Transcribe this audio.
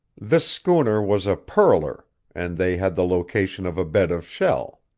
this schooner was a pearler, and they had the location of a bed of shell.